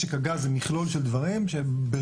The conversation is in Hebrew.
משק הגז זה מכלול של דברים שבראשיתם